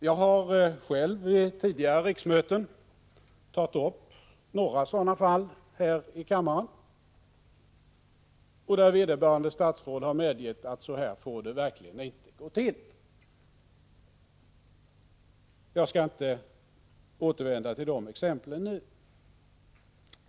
Jag har själv här i kammaren vid tidigare riksmöten tagit upp några sådana fall, där vederbörande statsråd har medgett att så här får det verkligen inte gå till. Jag skall inte återvända till de exemplen nu.